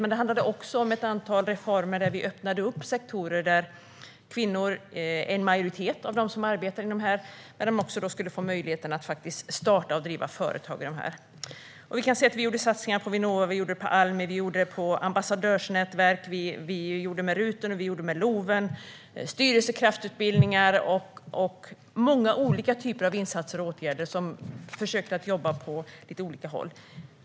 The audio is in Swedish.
Men det handlade också om ett antal reformer där vi öppnade upp sektorer där majoriteten av dem som arbetar är kvinnor. Därigenom skulle kvinnor få möjlighet att starta och driva företag. Vi satsade på Vinnova, Almi, ambassadörsnätverk, RUT, LOV, styrelsekraftsutbildningar och många andra olika typer av insatser och åtgärder.